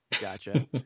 Gotcha